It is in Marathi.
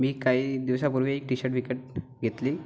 मी काही दिवसापूर्वी एक टी शर्ट विकत घेतली